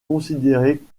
considérés